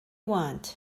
want